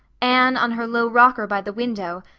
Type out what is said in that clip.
anne on her low rocker by the window,